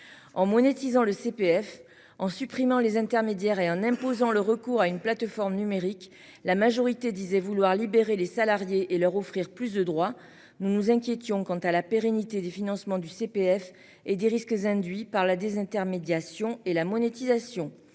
en monétisent en le CPF en supprimant les intermédiaires et un imposant le recours à une plateforme numérique la majorité disait vouloir libérer les salariés et leur offrir plus de droits. Nous nous inquiétons qui ont, quant à la pérennité du financement du CPF et des risques induits par la désintermédiation et la monétisation.